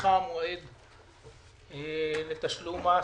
שהאריכה את מועד תשלום מס